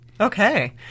Okay